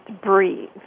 breathe